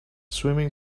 swimming